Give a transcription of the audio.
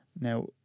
Now